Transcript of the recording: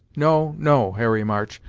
no no harry march,